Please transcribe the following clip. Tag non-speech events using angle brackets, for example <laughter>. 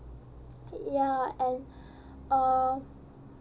ya and <breath> uh